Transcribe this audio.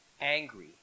angry